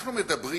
שאנחנו מדברים